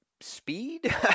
speed